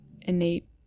innate